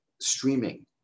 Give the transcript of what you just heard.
streaming